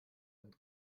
und